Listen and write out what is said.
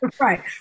Right